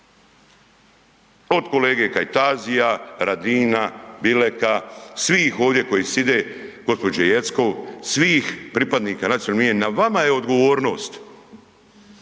od kolege Kajtazija, Radina, Bileka, svih ovdje koji sjede, gđe. Jeckov, svih pripadnika nacionalnih manjina, na vama je odgovornost